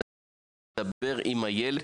לדבר עם הילד,